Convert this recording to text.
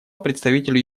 представителю